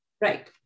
Right